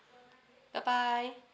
bye bye